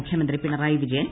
മുഖ്യമന്ത്രി പിണറായി വിജയൻ